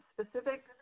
specific